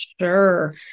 Sure